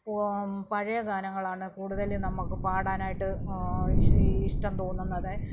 പഴയ ഗാനങ്ങളാണ് കൂടുതല് നമുക്ക് പാടാനായിട്ട് ഇഷ്ടം തോന്നുന്നത്